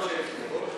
זה מה שהייתי בודק.